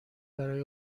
برای